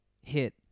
Hit